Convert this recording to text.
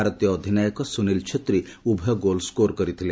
ଭାରତୀୟ ଅଧିନାୟକ ସୁନିଲ୍ ଛେତ୍ରୀ ଉଭୟ ଗୋଲ୍ ସ୍କୋର୍ କରିଥିଲେ